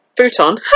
Futon